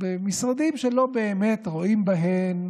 במשרדים שלא באמת רואים בהן